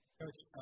Coach